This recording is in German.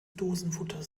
dosenfutter